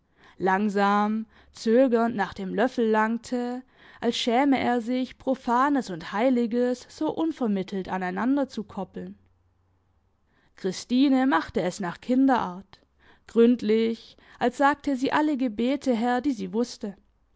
langsam zögernd nach dem löffel langte als schäme er sich profanes und heiliges so unvermittelt an einander zu koppeln christine machte es nach kinderart gründlich als sagte sie alle gebete her die sie wusste